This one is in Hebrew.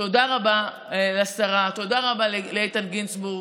תודה רבה לשרה, תודה רבה לאיתן גינזבורג.